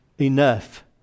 enough